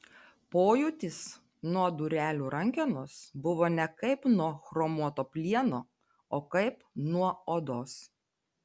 pojūtis nuo durelių rankenos buvo ne kaip nuo chromuoto plieno o kaip nuo odos